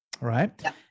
right